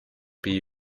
pays